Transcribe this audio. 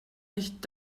nicht